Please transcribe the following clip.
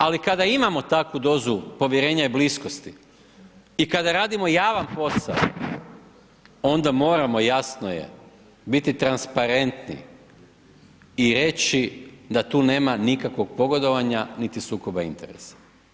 Ali kada imamo takvu dozu povjerenja i bliskosti i kada radimo javan posao, onda moramo jasno je, biti transparentni i reći da tu nema nikakvog pogodovanja, niti sukoba interesa.